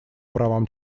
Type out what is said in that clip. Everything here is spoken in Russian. правам